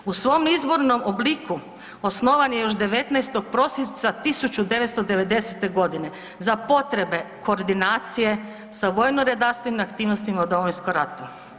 U svom izvornom obliku osnovan je još 19. prosinca 1990. godine za potrebe koordinacije sa vojno-redarstvenim aktivnostima u Domovinskom ratu.